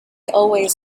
always